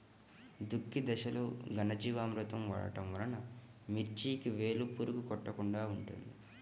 దుక్కి దశలో ఘనజీవామృతం వాడటం వలన మిర్చికి వేలు పురుగు కొట్టకుండా ఉంటుంది?